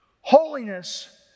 Holiness